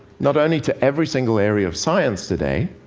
not only to every single area of science today,